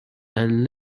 and